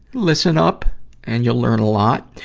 listen up and you'll learn a lot.